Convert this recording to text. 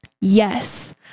yes